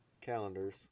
calendars